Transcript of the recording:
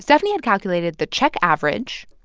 stephani had calculated the check average,